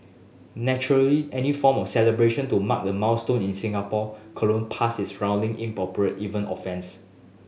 naturally any form of celebration to mark the milestone in Singapore colonial past is roundly inappropriate even offensive